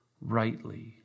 rightly